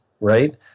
right